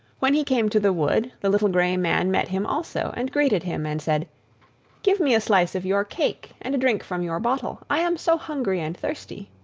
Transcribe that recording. when he came to the wood the little grey man met him also, and greeted him, and said give me a slice of your cake and a drink from your bottle i am so hungry and thirsty.